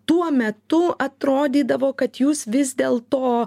tuo metu atrodydavo kad jūs vis dėl to